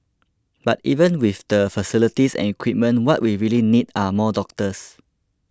but even with the facilities and equipment what we really need are more doctors